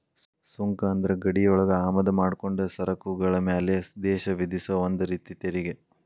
ಸುಂಕ ಅಂದ್ರ ಗಡಿಯೊಳಗ ಆಮದ ಮಾಡ್ಕೊಂಡ ಸರಕುಗಳ ಮ್ಯಾಲೆ ದೇಶ ವಿಧಿಸೊ ಒಂದ ರೇತಿ ತೆರಿಗಿ